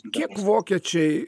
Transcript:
kiek vokiečiai